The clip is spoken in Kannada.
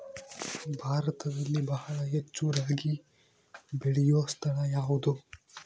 ಭಾರತದಲ್ಲಿ ಬಹಳ ಹೆಚ್ಚು ರಾಗಿ ಬೆಳೆಯೋ ಸ್ಥಳ ಯಾವುದು?